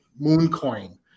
Mooncoin